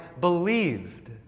believed